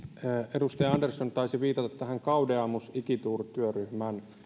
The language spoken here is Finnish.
edustaja andersson taisi viitata gaudeamus igitur työryhmän